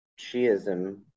Shiism